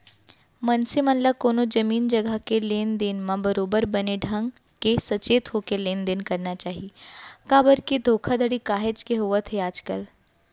मनसे मन ल कोनो जमीन जघा के लेन देन म बरोबर बने ढंग के सचेत होके लेन देन करना चाही काबर के धोखाघड़ी काहेच के होवत हे आजकल